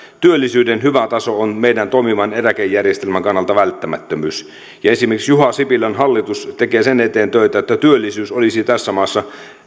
työllisyyden hyvä taso on meidän toimivan eläkejärjestelmän kannalta välttämättömyys esimerkiksi juha sipilän hallitus tekee sen eteen töitä että työllisyys olisi tässä maassa